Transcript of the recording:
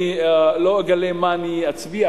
אני לא אגלה מה אני אצביע,